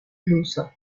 luso